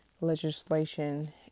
legislation